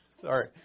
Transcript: Sorry